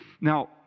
Now